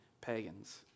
pagans